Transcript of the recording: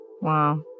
Wow